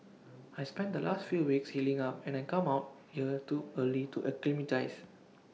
I spent the last few weeks healing up and I come out here to early to acclimatise